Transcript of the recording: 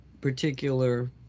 particular